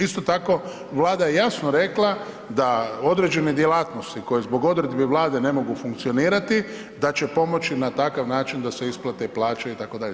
Isto tako Vlada je jasno rekla da određene djelatnosti koje zbog odredbi Vlade ne mogu funkcionirati da će pomoći na takav način da se isplate plaće itd.